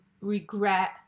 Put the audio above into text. regret